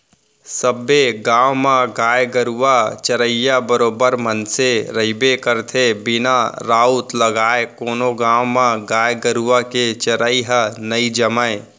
सबे गाँव म गाय गरुवा चरइया बरोबर मनसे रहिबे करथे बिना राउत लगाय कोनो गाँव म गाय गरुवा के चरई ह नई जमय